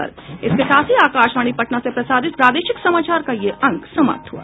इसके साथ ही आकाशवाणी पटना से प्रसारित प्रादेशिक समाचार का ये अंक समाप्त हुआ